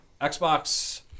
Xbox